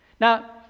Now